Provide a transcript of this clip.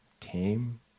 tame